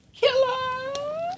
Hello